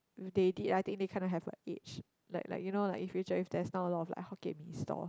if they did ah I think they kinda have like age like like you know like in future if there's not a lot of like Hokkien Mee stall